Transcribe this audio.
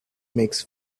makes